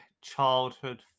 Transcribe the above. childhood